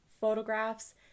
photographs